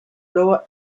lower